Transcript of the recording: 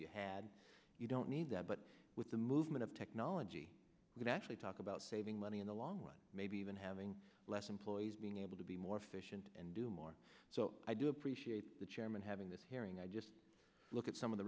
you had you don't need that but with the movement of technology we've actually talked about saving money in the long run maybe even having less employees being able to be more efficient and do more so i do appreciate the chairman having this hearing i just look at some of the